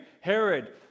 Herod